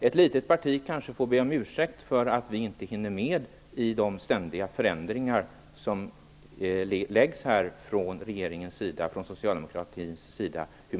Ett litet parti kanske får be om ursäkt för att vi inte hinner med i de ständiga förändringar som föreslås från regeringens och socialdemokratins sida i